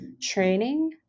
training